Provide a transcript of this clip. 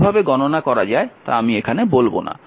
কীভাবে গণনা করা যায় তা আমি এখানে বলব না